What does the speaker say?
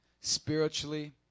spiritually